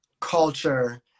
Culture